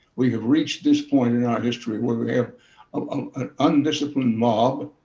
we have reached this point in our history where we have um um an undisciplined mob,